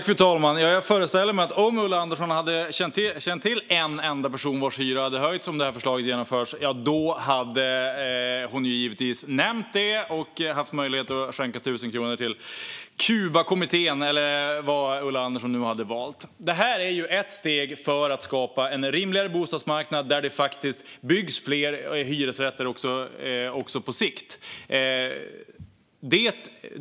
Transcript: Fru talman! Om Ulla Andersson hade känt till en enda person vars hyra kommer att höjas om förslaget genomförs hade hon givetvis sagt det, föreställer jag mig. Då hade hon haft möjlighet att skänka 1 000 kronor till Kubakommittén, eller vad Ulla Andersson nu hade valt. Detta är ett steg mot att skapa en rimligare bostadsmarknad där det faktiskt också byggs fler hyresrätter på sikt.